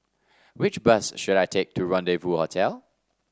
which bus should I take to Rendezvous Hotel